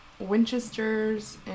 Winchester's